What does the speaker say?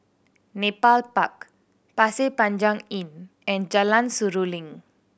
Nepal Park Pasir Panjang Inn and Jalan Seruling